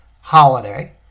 holiday